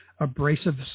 abrasives